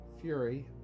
Fury